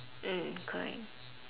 mm correct